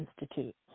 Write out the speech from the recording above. Institute